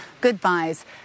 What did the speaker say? goodbyes